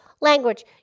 language